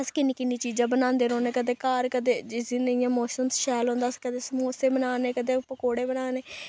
अस किन्नी किन्नी चीजां बनांदे रौह्ने कदें घर कदें जिस दिन इ'यां मोसम शैल होंदा अस कदें समोसे बना ने कदें पकौड़े बना ने